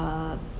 uh